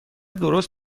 درست